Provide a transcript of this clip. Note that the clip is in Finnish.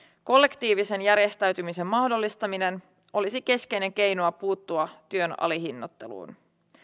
kollektiivisen järjestäytymisen mahdollistaminen olisi keskeinen keino puuttua työn alihinnoitteluun